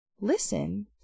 listen